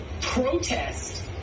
protest